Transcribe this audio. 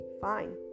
fine